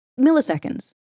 milliseconds